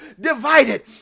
divided